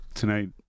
Tonight